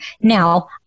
Now